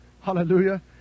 Hallelujah